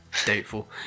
doubtful